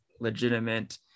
legitimate